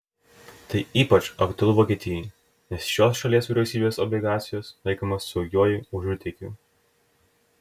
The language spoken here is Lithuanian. tai ypač aktualu vokietijai nes šios šalies vyriausybės obligacijos laikomos saugiuoju užutėkiu